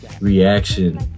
reaction